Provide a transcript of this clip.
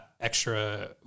extra